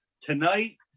tonight